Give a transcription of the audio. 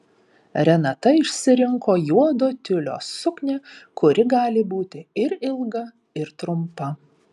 renata išsirinko juodo tiulio suknią kuri gali būti ir ilga ir trumpa